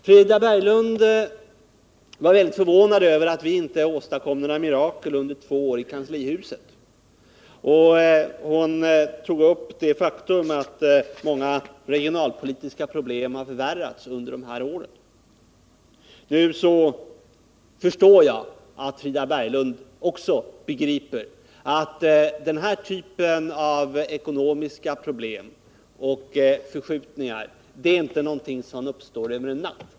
Frida Berglund var väldigt förvånad över att vi inte åstadkom några mirakel under två år i kanslihuset, och hon tog upp det faktum att många regionalpolitiska problem förvärrades under dessa år. Nu förstår jag att Frida Berglund också begriper att denna typ av ekonomiska problem och förskjutningar inte är någonting som uppstår över en natt.